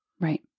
Right